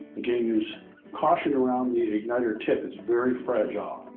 again, use caution around the igniter tip, it's very fragile.